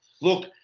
Look